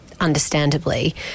understandably